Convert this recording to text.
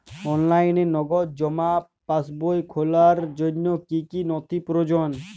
অনলাইনে নগদ জমা পাসবই খোলার জন্য কী কী নথি প্রয়োজন?